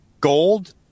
gold